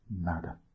Nada